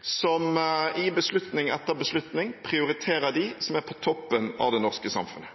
som i beslutning etter beslutning prioriterer dem som er på toppen av det norske samfunnet.